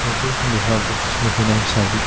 बयबो उन्दैफ्राबो सोलोंफैनाय हिसाबै